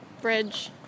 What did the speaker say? bridge